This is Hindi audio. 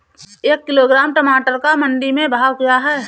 एक किलोग्राम टमाटर का मंडी में भाव क्या है?